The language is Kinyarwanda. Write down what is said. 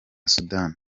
sudan